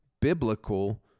Biblical